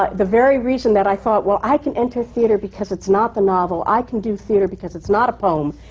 ah the very reason that i thought, well, i can enter theatre because it's not the novel. i can do theatre because it's not a poem,